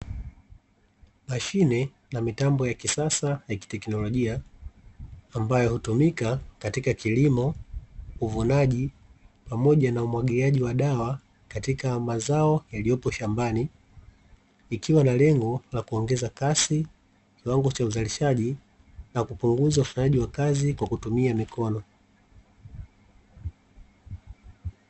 Mashine na mitambo ya kisasa ya kiteknolojia, ambayo hutumika katika kilimo, uvunaji pamoja na umwagiliaji wa dawa, katika mazao yaliyopo shambani, ikiwa na lengo la kuongeza kasi, kiwango cha uzalishaji na kupunguza ufanyaji wa kazi kwa kutumia mikono.